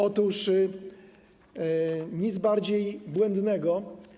Otóż nic bardziej błędnego.